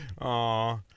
Aw